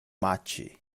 maĉi